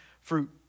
fruit